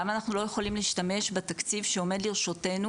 למה אנחנו לא יכולים להשתמש בתקציב שעומד לרשותנו